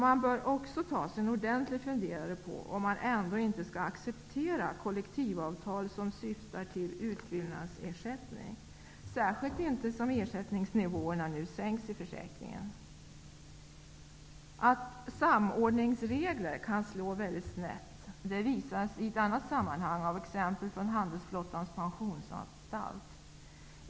Man bör också ta sig en ordentlig funderare på om man ändå inte skall acceptera kollektivavtal som syftar till utfyllnadsersättning, särskilt när ersättningsnivåerna nu sänks i försäkringen. Att samordningsregler kan slå väldigt snett visas i ett annat sammanhang av exempel från Handelsflottans Pensionsanstalt.